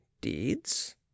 deeds